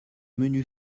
menus